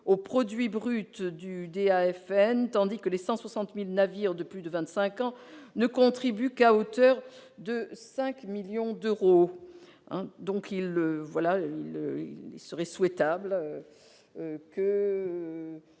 au produit brut du DAFN, tandis que les 160 000 navires de plus de vingt-cinq ans n'y contribuent qu'à hauteur de 5 millions d'euros. Il serait souhaitable d'en